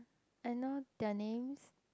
I know their names